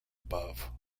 above